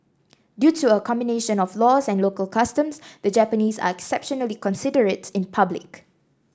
due to a combination of laws and local customs the Japanese are exceptionally considerate in public